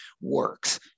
works